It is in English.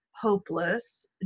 hopeless